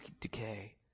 decay